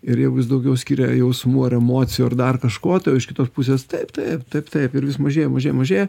ir jeigu jis daugiau skiria jausmų ar emocijų ar dar kažko tai o iš kitos pusės taip taip taip taip ir vis mažėja mažėja mažėja